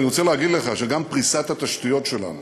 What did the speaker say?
אני רוצה להגיד לך שגם פריסת התשתיות שלנו